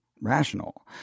rational